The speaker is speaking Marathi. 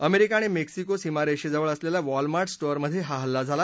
अमेरिका आणि मेक्सिको सीमारेषेजवळ असलेल्या वॉलमार्ट स्टोअरमधे हा हल्ला झाला